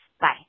Bye